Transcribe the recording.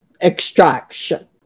extraction